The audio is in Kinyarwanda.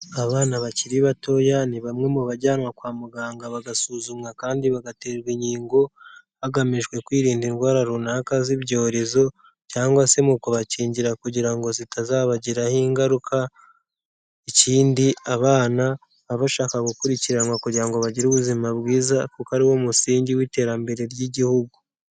Abana bakiri batoya ni bamwe mu agire ubuzima bwiza kuko ariwo musingi w'iterambere ry'igihugu